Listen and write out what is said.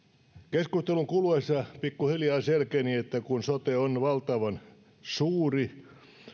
keskustelun kuluessa pikku hiljaa selkeni että kun sote on valtavan suuri